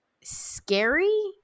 scary